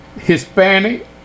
Hispanic